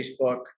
Facebook